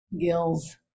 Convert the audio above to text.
gills